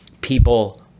people—